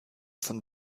von